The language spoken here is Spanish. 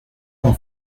con